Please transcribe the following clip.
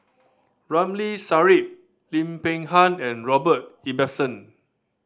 Ramli Sarip Lim Peng Han and Robert Ibbetson